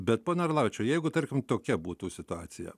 bet pone orlavičiau jeigu tarkim tokia būtų situacija